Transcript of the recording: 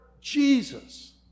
Jesus